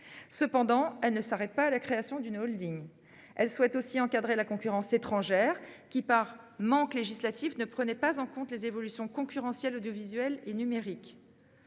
de loi ne s'arrête pas à la création d'une holding. Elle prévoit aussi d'encadrer la concurrence étrangère, qui, du fait d'un manquement législatif, ne prenait pas en compte les évolutions concurrentielles audiovisuelles et numériques.